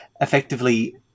effectively